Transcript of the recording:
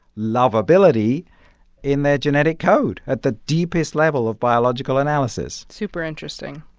lovability in their genetic code at the deepest level of biological analysis super interesting,